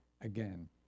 again